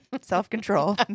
Self-control